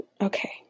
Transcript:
okay